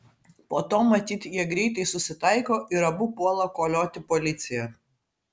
po to matyt jie greitai susitaiko ir abu puola kolioti policiją